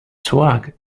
swag